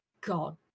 God